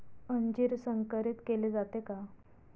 अंजीर संकरित केले जाते का?